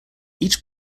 each